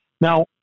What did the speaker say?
Now